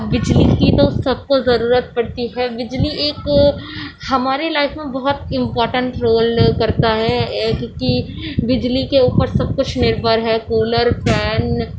بجلی کی تو سب کو ضرورت پڑتی ہے بجلی ایک ہماری لائف میں بہت امپورٹنٹ رول کرتا ہے ایک کہ بجلی کے اوپر سب کچھ نربھر ہے کولر فین